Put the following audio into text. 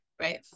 Right